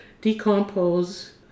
decompose